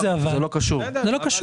זה לא קשור.